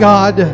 God